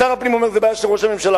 שר הפנים אומר שזה בעיה של ראש הממשלה,